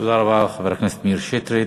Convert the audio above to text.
תודה רבה לחבר הכנסת מאיר שטרית.